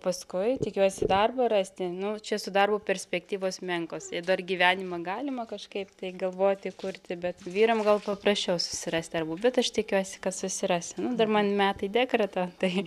paskui tikiuosi darbą rasti nu čia su darbu perspektyvos menkos dar gyvenimą galima kažkaip tai galvoti kurti bet vyram gal paprasčiau susirast darbų bet aš tikiuosi kad susirasiu nu dar man metai dekreto tai